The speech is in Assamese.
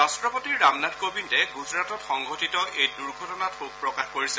ৰাট্টপতি ৰামনাথ কোবিন্দে গুজৰাটত সংঘটিত এই দুৰ্ঘটনাত শোক প্ৰকাশ কৰিছে